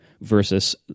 versus